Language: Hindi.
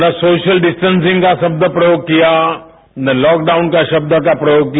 न सोशल डिस्टेंसिंग का शब्द प्रयोग किया न लॉकडाउन के शब्द का प्रयोग किया